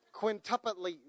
Quintupletly